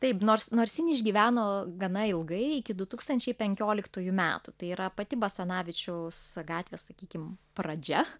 taip nors nors jin išgyveno gana ilgai iki du tūkstančiai penkioliktųjų metų tai yra pati basanavičiaus gatvės sakykim pradžia